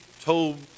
told